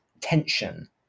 tension